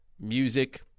music